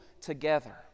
together